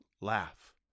laugh